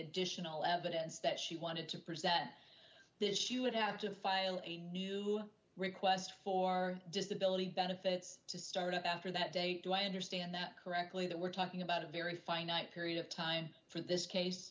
additional evidence that she wanted to present this you would have to file a new request for disability benefits to start up after that date do i understand correctly that we're talking about a very finite period of time in this case